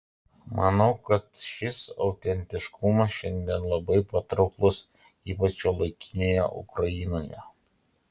manau kad šis autentiškumas šiandien labai patrauklus ypač šiuolaikinėje ukrainoje